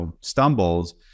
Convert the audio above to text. stumbles